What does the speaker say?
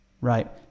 right